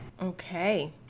okay